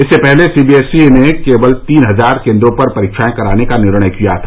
इससे पहले सीबीएसई ने केवल तीन हजार केन्द्रों पर परीक्षाएं कराने का निर्णय किया था